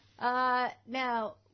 Now